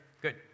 Good